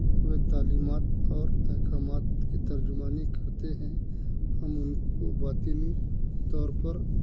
ہوئے تعلیمات اور احکامات کی ترجمانی کرتے ہیں ہم اُن کو باطنی طور پر